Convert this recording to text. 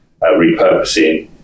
repurposing